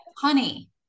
honey